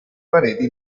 pareti